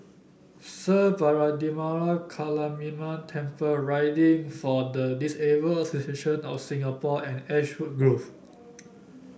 Sri Vairavimada Kaliamman Temple Riding for the Disabled Association of Singapore and Ashwood Grove